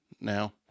now